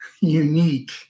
unique